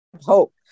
hope